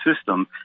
system